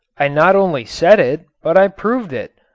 i not only said it, but i proved it.